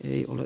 ei ole